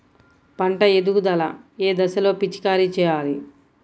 పంట ఎదుగుదల ఏ దశలో పిచికారీ చేయాలి?